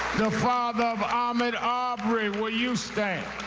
the father of ahmed aubrey, will you stand.